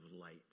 light